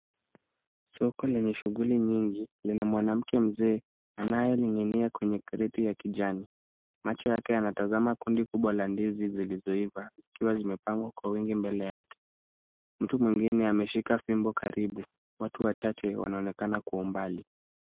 Soko lenye shughuli nyingi, lina mwanamke mzee anayening'inia kwenye kreti ya kijani. Macho yake yanatazama kundi kubwa la ndizi zilizoiva, ikiwa zimepangwa kwa wingi mbele yake. Mtu mwingine ameshika fimbo karibu. Watu wachache wanaonekana kwa umbali.